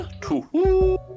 two